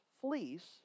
fleece